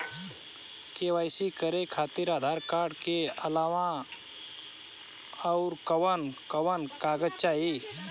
KYC करे खातिर Aadhaar card के अलावा आउरकवन कवन कागज चाहीं?